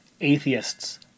atheists